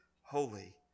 holy